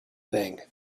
thing